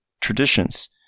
traditions